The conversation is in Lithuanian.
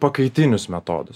pakaitinius metodus